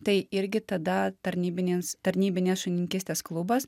tai irgi tada tarnybinėms tarnybinės šunininkystės klubas